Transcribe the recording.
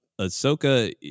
Ahsoka